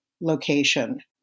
location